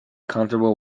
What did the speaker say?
comfortable